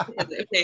Okay